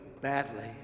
badly